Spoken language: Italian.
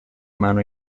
mano